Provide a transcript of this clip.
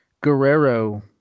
Guerrero